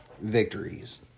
victories